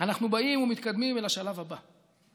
אנחנו באים ומתקדמים אל השלב הבא,